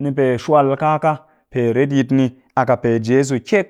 Ni pe shwal kaa ka pe retyit a ƙɨ pe jeso kyek